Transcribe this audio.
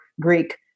Greek